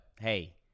hey